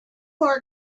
more